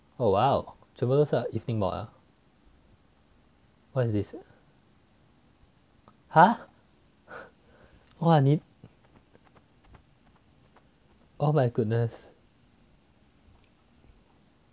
oh !wow! 全部都是 mod ah what's this !huh! !wah! oh my goodness